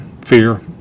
fear